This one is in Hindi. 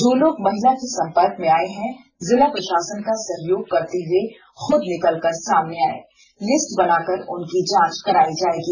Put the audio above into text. जो लोग महिला के संपर्क में आए हैं जिला प्रशासन का सहयोग करते हुए खुद निकल कर सामने आए लिस्ट बनाकर उनकी जांच कराएगी जाएगी